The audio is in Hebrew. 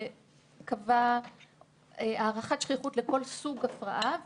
שקבע הערכת שכיחות לכל סוג הפרעה.